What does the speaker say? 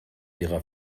ihrer